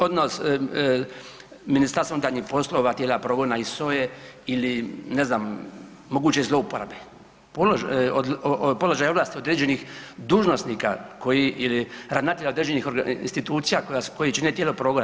Odnos Ministarstva unutarnjih poslova, tijela progona i SOA-e ili ne znam moguće zlouporabe položaja i ovlasti određenih dužnosnika koji ili ravnatelja određenih institucija koji čine tijela progona.